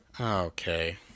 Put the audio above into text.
okay